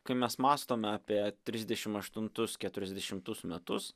kai mes mąstome apie trisdešimt aštuntus keturiasdešimtus metus